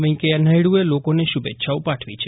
વૈં કૈયા નાયડએ લોકોને શુભેચ્છા પાઠવી છે